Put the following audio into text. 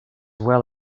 well